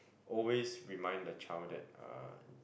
always remind the child that uh